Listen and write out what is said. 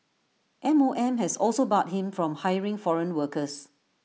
M O M has also barred him from hiring foreign workers